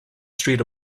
street